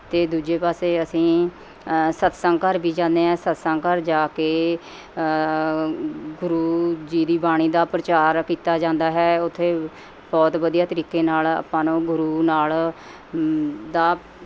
ਅਤੇ ਦੂਜੇ ਪਾਸੇ ਅਸੀਂ ਸਤਸੰਗ ਘਰ ਵੀ ਜਾਦੇ ਹਾਂ ਸਤਸੰਗ ਘਰ ਜਾ ਕੇ ਗੁਰੂ ਜੀ ਦੀ ਬਾਣੀ ਦਾ ਪ੍ਰਚਾਰ ਕੀਤਾ ਜਾਂਦਾ ਹੈ ਉੱਥੇ ਬਹੁਤ ਵਧੀਆ ਤਰੀਕੇ ਨਾਲ ਆਪਾਂ ਨੂੰ ਗੁਰੂ ਨਾਲ ਦਾ